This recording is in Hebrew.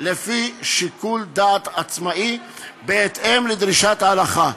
לפי שיקול דעת עצמאי בהתאם לדרישת ההלכה.